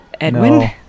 Edwin